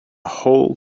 whole